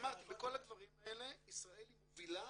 אמרתי, בכל הדברים האלה ישראל היא מובילה